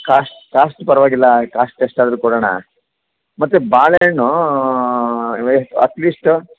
cost cost ಪರವಾಗಿಲ್ಲ cost ಎಷ್ಟಾದರೂ ಕೊಡೋಣ ಮತ್ತು ಬಾಳೆಹಣ್ಣು ಅಟ್ಲೀಸ್ಟು